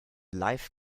life